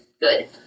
good